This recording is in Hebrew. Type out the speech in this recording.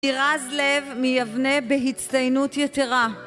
תירז לב מייבנה בהצטיינות יתרה